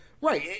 Right